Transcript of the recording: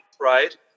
right